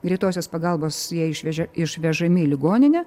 greitosios pagalbos jie išvežė išvežami į ligoninę